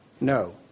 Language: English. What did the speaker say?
No